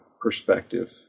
perspective